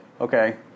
Okay